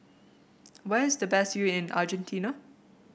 where is the best view in Argentina